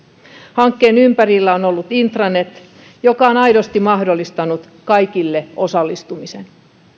hankkeen ympärillä on ollut intranet joka on aidosti mahdollistanut kaikille osallistumisen